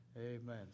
Amen